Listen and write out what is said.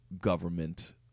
government